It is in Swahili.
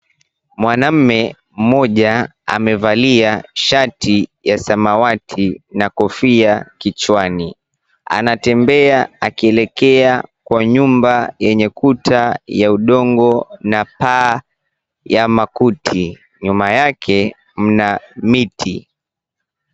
Mwanamume mmoja amevalia shati ya samawati na kofia kichwani. Anatembea akielekea kwa nyumba yenye kuta ya udongo na paa ya makuti. Nyuma yake mna miti.